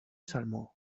salmó